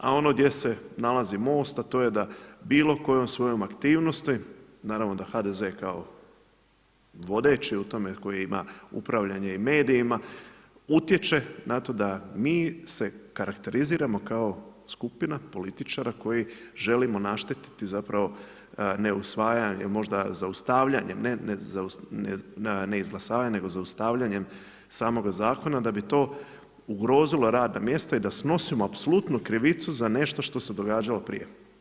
A ono gdje se nalazi Most, a to je da bilo kojom svojom aktivnosti naravno da HDZ kao vodeći u tome koji ima upravljanje i medijima, utječe na to da mi se karakteriziramo kao skupina političara koji želimo našteti ne usvajanje možda zaustavljanje … ne izglasavanjem nego zaustavljanjem samoga zakona da bi to ugrozilo radna mjesta i da snosimo apsolutno krivicu za nešto što se događalo prije.